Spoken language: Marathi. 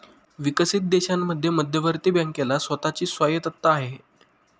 विकसित देशांमध्ये मध्यवर्ती बँकेला स्वतः ची स्वायत्तता आहे